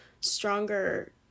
stronger